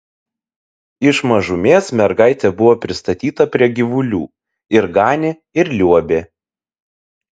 iš mažumės mergaitė buvo pristatyta prie gyvulių ir ganė ir liuobė